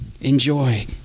enjoy